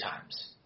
times